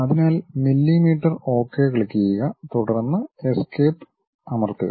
അതിനാൽ millimetre okay ക്ലിക്കുചെയ്യുക തുടർന്ന് എസ്കേപ്പ് അമർത്തുക